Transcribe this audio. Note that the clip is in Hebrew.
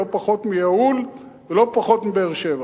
ולא פחות מביהוד ולא פחות מבבאר-שבע.